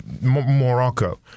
Morocco